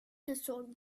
såg